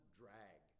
drag